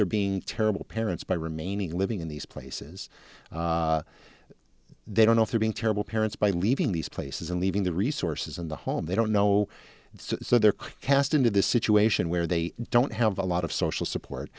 they're being terrible parents by remaining living in these places they don't know if they're being terrible parents by leaving these places and leaving the resources in the home they don't know so they're cast into this situation where they don't have a lot of social support